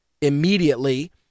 immediately